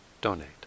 donate